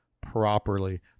properly